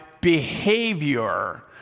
behavior